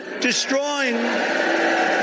destroying